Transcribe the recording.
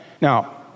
Now